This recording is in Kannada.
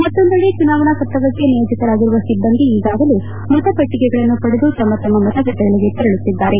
ಮತ್ತೊಂದೆಡೆ ಚುನಾವಣಾ ಕರ್ತವ್ಚಕ್ಕೆ ನಿಯೋಜಿತರಾಗಿರುವ ಸಿಬ್ಬಂದಿ ಈಗಾಗಲೇ ಮತಪೆಟ್ಟಿಗೆಗಳನ್ನು ಪಡೆದು ತಮ್ಮ ತಮ್ಮ ಮತಗಟ್ಟೆಗಳಿಗೆ ತೆರಳುತ್ತಿದ್ದಾರೆ